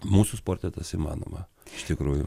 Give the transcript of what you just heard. mūsų sporte tas įmanoma iš tikrųjų